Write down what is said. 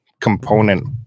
component